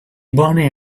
bonnie